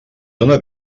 dóna